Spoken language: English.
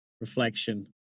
reflection